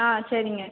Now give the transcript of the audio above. ஆ சரிங்க